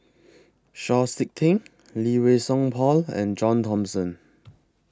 Chau Sik Ting Lee Wei Song Paul and John Thomson